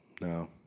No